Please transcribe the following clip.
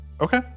Okay